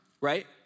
right